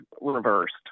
reversed